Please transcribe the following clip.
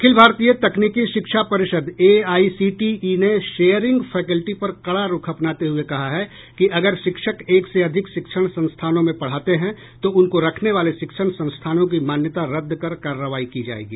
अखिल भारतीय तकनीकी शिक्षा परिषद एआईसीटीई ने शेयरिंग फैकेल्टी पर कड़ा रूख अपनाते हये कहा है कि अगर शिक्षक एक से अधिक शिक्षण संस्थानों में पढ़ाते हैं तो उनको रखने वाले शिक्षण संस्थानों की मान्यता रद्द कर कार्रवाई की जायेगी